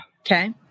Okay